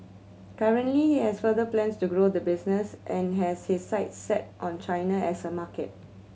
currently he has further plans to grow the business and has his sights set on China as a market